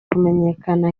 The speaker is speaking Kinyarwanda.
kumenyekana